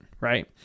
Right